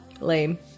Lame